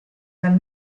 dal